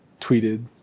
tweeted